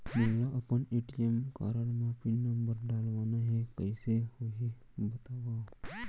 मोला अपन ATM card म पिन नंबर डलवाना हे कइसे होही बतावव?